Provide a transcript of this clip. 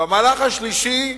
והמהלך השלישי,